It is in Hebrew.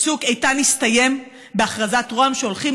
צוק איתן הסתיים בהכרזת רה"מ שהולכים